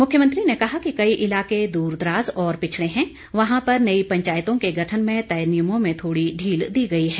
मुख्यमंत्री ने कहा कि कई इलाके दूरदराज और पिछड़े हैं वहां पर नई पंचायतों के गठन में तय नियमों में थोड़ी ढील दी गई है